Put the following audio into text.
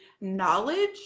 knowledge